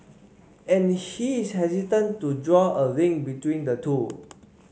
and he is hesitant to draw a link between the two